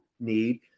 need